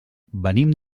venim